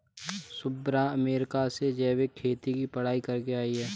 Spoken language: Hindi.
शुभ्रा अमेरिका से जैविक खेती की पढ़ाई करके आई है